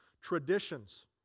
traditions